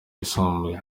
yisumbuye